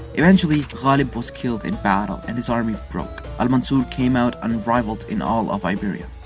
eventually, ghalib was killed in battle and his army broke. al-mansur came out unrivalled in all of iberia.